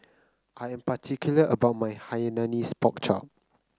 I am particular about my Hainanese Pork Chop